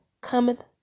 cometh